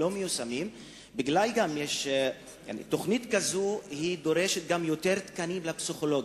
כי תוכנית כזאת דורשת גם יותר תקנים לפסיכולוגים.